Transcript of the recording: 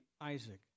Isaac